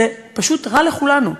זה פשוט רע לכולנו,